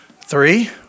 Three